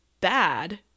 bad